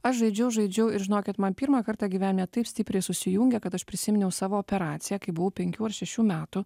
aš žaidžiau žaidžiau ir žinokit man pirmą kartą gyvenime taip stipriai susijungė kad aš prisiminiau savo operaciją kai buvau penkių ar šešių metų